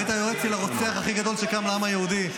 היית יועץ של הרוצח הכי גדול שקם לעם היהודי,